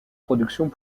productions